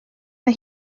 mae